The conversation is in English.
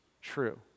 true